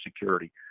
security